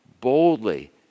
boldly